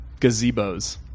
gazebos